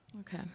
Okay